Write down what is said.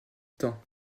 temps